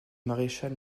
maréchal